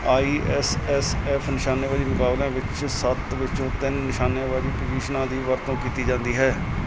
ਆਈ S S F ਨਿਸ਼ਾਨੇਬਾਜ਼ੀ ਮੁਕਾਬਲਿਆਂ ਵਿੱਚ ਸੱਤ ਵਿੱਚੋਂ ਤਿੰਨ ਨਿਸ਼ਾਨੇਬਾਜ਼ੀ ਪੁਜ਼ੀਸ਼ਨਾਂ ਦੀ ਵਰਤੋਂ ਕੀਤੀ ਜਾਂਦੀ ਹੈ